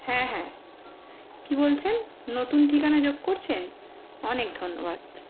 হ্যাঁ হ্যাঁ কী বলছেন নতুন ঠিকানা যোগ করছেন অনেক ধন্যবাদ